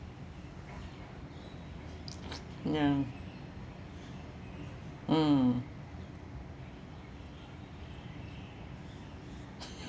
ya mm